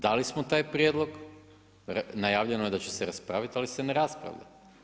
Dali smo taj prijedlog, najavljeno je da će se raspraviti, ali se ne raspravlja.